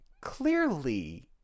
Clearly